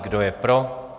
Kdo je pro?